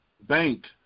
bank